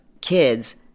kids